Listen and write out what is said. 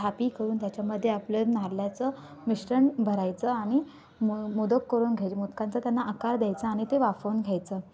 थापी करून त्याच्यामध्ये आपलं नारळाचं मिश्रण भरायचं आणि मो मोदक करून घ्यायचे मोदकांचा त्यांना आकार द्यायचा आणि ते वाफवून घ्यायचं